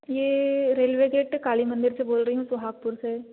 यह railway gate Kali मंदिर से बोल रही हूँ सोहागपुर से